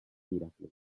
miraklo